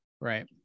Right